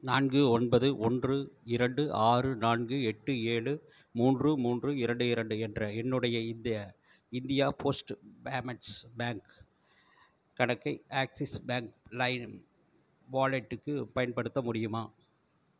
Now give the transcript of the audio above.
நான்கு ஒன்பது ஓன்று இரண்டு ஆறு நான்கு எட்டு ஏழு மூன்று மூன்று இரண்டு இரண்டு என்ற என்னுடைய இந்த இந்தியா போஸ்ட் பேமெண்ட்ஸ் பேங்க் கணக்கை ஆக்ஸிஸ் பேங்க் லைம் வாலெட்டுக்கு பயன்படுத்த முடியுமா